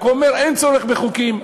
רק שהוא אמר: אין צורך בחוקים,